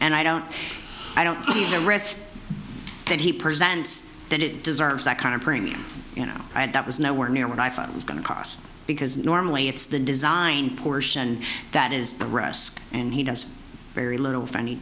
and i don't i don't see the risk that he present that it deserves that kind of premium you know i had that was nowhere near what i thought was going to cost because normally it's the design portion that is the risk and he does very little f